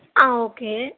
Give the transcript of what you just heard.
ஆ okay